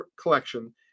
collection